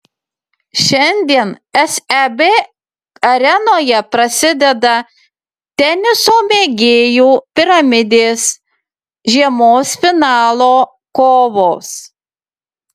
šiandien seb arenoje prasideda teniso mėgėjų piramidės žiemos finalo kovos